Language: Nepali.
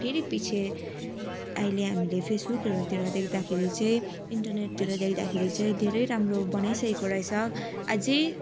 फेरि पिच्छे अहिले हामीले फेसबुकहरूतिर देख्दाखेरि चाहिँ इन्टरनेटतिर देख्दाखेरि चाहिँ धेरै राम्रो बनाइसकेको रहेछ अझै